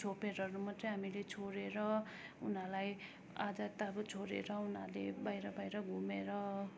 छोपेरहरू मात्रै हामीले छोडेर उनीहरूलाई आजाद त अब छोडेर उनीहरूले बाहिर बाहिर घुमेर